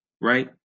right